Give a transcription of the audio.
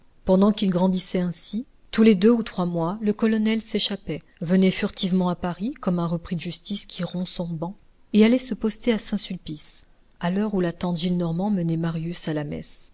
pendant qu'il grandissait ainsi tous les deux ou trois mois le colonel s'échappait venait furtivement à paris comme un repris de justice qui rompt son ban et allait se poster à saint-sulpice à l'heure où la tante gillenormand menait marius à la messe